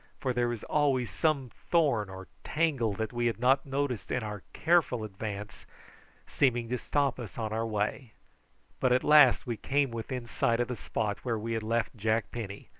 for there was always some thorn or tangle that we had not noticed in our careful advance seeming to stop us on our way but at last we came within sight of the spot where we had left jack penny,